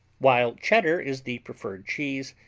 while cheddar is the preferred cheese,